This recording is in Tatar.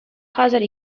хәзер